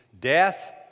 death